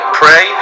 pray